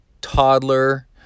toddler